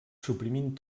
suprimint